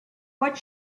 what